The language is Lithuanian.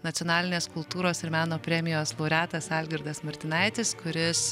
nacionalinės kultūros ir meno premijos laureatas algirdas martinaitis kuris